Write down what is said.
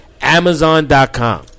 Amazon.com